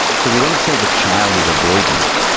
so we don't say the child is avoidant,